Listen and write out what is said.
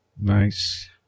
Nice